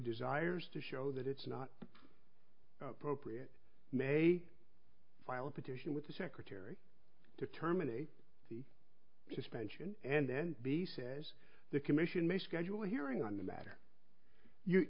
desires to show that it's not appropriate may file a petition with the secretary to terminate the suspension and then b says the commission may schedule a hearing on the matter you